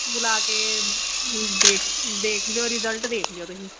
school ਆ ਕੇ ਦੇਖ ਦੇਖ ਲਿਓ ਰਿਜ਼ਲਟ ਦੇਖ ਲਿਓ ਤੁਸੀਂ